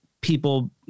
people